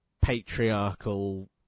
patriarchal